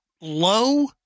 low